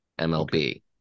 mlb